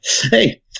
Hey